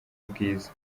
bwiza